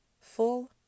full